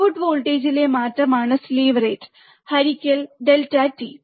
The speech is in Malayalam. ഔട്ട്പുട്ട് വോൾട്ടേജിലെ മാറ്റമാണ് സ്ലീവ് റേറ്റ് ഹരിക്കൽ ഡെൽറ്റ t